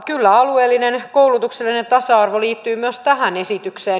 kyllä alueellinen koulutuksellinen tasa arvo liittyy myös tähän esitykseen